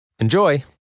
Enjoy